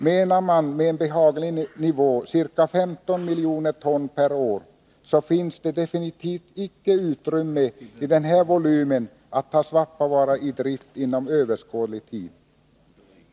Menar man med en behaglig nivå ca 15 miljoner ton per år, så finns det definitivt icke i denna volym utrymme för att ta Svappavaara i drift inom överskådlig tid.